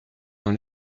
dans